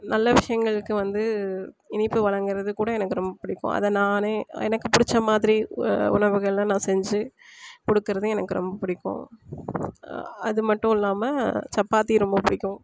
நல்ல விஷயங்களுக்கு வந்து இனிப்பு வழங்குறதுக்கூட எனக்கு ரொம்ப பிடிக்கும் அதை நானே எனக்கு புடிச்ச மாதிரி உணவுகளை நான் செஞ்சு கொடுக்குறதும் எனக்கு ரொம்ப பிடிக்கும் அது மட்டும் இல்லாமல் சப்பாத்தி ரொம்ப பிடிக்கும்